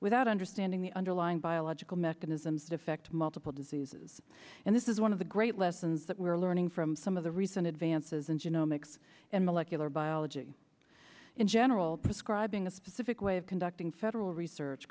without understanding the underlying biological mechanisms defect multiple diseases and this is one of the great lessons that we're learning from some of the recent advances and you know mix and molecular biology in general prescribing a specific way of conducting federal research